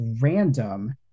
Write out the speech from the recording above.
random